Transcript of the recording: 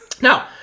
now